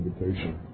invitation